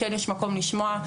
יש מקום לשמוע,